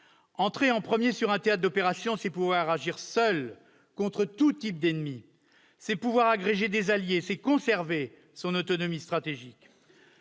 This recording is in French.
Entrer en premier sur un théâtre d'opérations, c'est pouvoir agir seul, contre tout type d'ennemi, c'est avoir la capacité d'agréger des alliés, c'est conserver son autonomie stratégique.